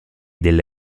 delle